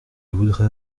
voudrais